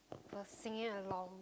were singing along